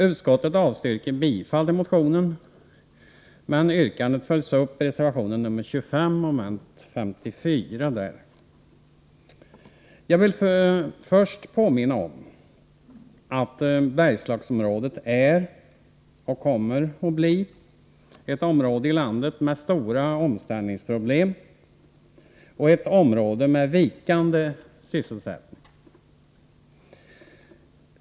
Utskottet avstyrker bifall till motionen men yrkandena följs upp i reservation nr 25 mom. nr 54. Jag vill först påminna om att Bergslagsområdet är och kommer att bli ett område i landet med stora omställningsproblem och ett område med vikande sysselsättning.